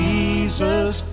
Jesus